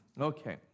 Okay